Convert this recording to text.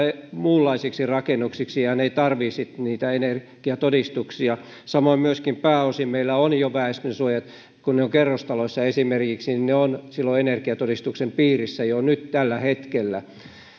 muunlaisiksi rakennuksiksi ja ne eivät tarvitse sitten niitä energiatodistuksia samoin myöskin pääosin meillä väestönsuojat kun ne ovat esimerkiksi kerrostaloissa ovat energiatodistuksen piirissä jo nyt tällä hetkellä